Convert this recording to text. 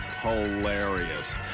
hilarious